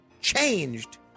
changed